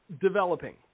developing